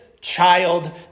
child